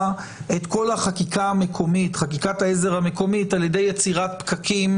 את כל חקיקת העזר המקומית על ידי יצירת פקקים